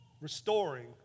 restoring